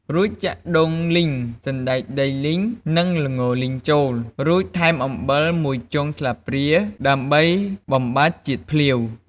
រួចចាក់ដូងលីង សណ្តែកដីលីង និងល្ងលីងចូល រួចថែមអំបិល ១ចុងស្លាបព្រា ដើម្បីបំបាត់ជាតិភ្លាវ។